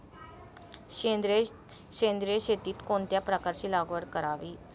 सेंद्रिय शेतीत कोणत्या पिकाची लागवड करावी?